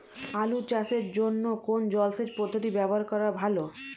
আলু চাষের জন্য কোন জলসেচ পদ্ধতি ব্যবহার করা ভালো?